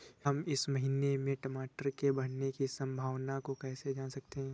हम इस महीने में टमाटर के बढ़ने की संभावना को कैसे जान सकते हैं?